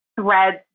threads